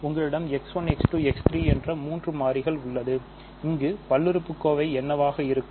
உங்களிடம் என்ற மூன்று மாறிகள் உள்ளது இங்கு பல்லுறுப்புக்கோவை என்னவாக இருக்கும்